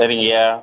சரிங்கய்யா